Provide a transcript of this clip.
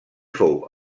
fou